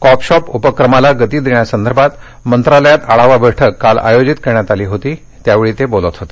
COP shop उपक्रमाला गती देण्यासंदर्भात मंत्रालयात आढावा बैठक काल आयोजित करण्यात आली होती त्यावेळी ते बोलत होते